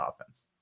offense